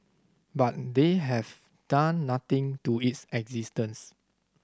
but they have done nothing to its existence